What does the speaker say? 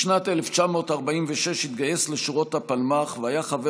בשנת 1946 התגייס לשורות הפלמ"ח והיה חבר